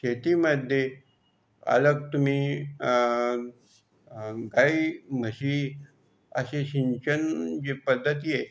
शेतीमध्ये अलग तुम्ही गाई म्हशी अशी सिंचन जी पद्धती आहे